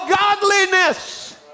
godliness